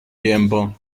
tiempo